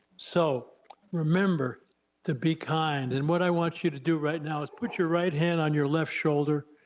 so remember to be kind, and what i want you to do right now is put your right hand on your left shoulder,